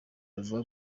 bavuga